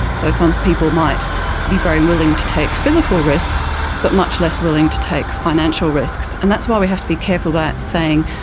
so some people might be very willing to take physical risks but much less willing to take financial risks, and that's why we have to be careful about saying,